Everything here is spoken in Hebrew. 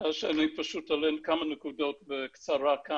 אני פשוט אומר כמה נקודות בקצרה.